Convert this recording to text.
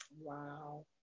Wow